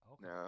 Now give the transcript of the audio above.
no